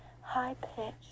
high-pitched